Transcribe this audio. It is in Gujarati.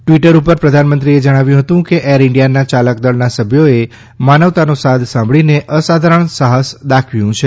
ટ્વીટર ઉપર પ્રધાનમંત્રીએ જણાવ્યું હતું કે એર ઇન્ડિયાના ચાલકદળના સભ્યોએ માનવતાનો સાદ સાંભળીને અસાધારણ સહાસ દાખવ્યું છે